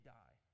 die